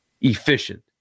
efficient